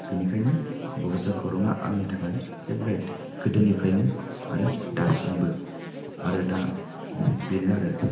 बेनिखायनो बड'सा खौराङा आंनि थाखाय फेभ्रेट गोदोनिफायनो आरो दासिमबो आरो दा बेनो आरो